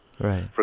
Right